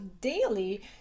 daily